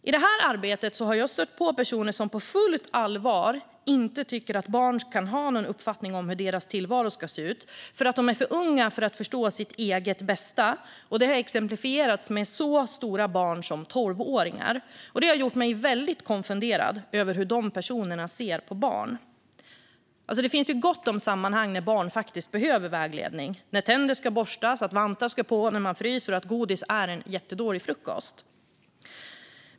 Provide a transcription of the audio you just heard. I det här arbetet har jag stött på personer som på fullt allvar inte tycker att barn kan ha någon uppfattning om hur deras tillvaro ska se ut, för att de är för unga för att förstå sitt eget bästa. Det har exemplifierats med så stora barn som tolvåringar. Det har gjort mig väldigt konfunderad över hur de personerna ser på barn. Det finns gott om sammanhang när barn behöver vägledning. Det gäller när tänder ska borstas, att vantar ska på när man fryser och att godis är en jättedålig frukost.